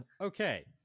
Okay